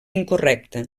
incorrecta